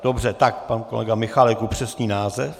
Dobře, tak pan kolega Michálek upřesní název.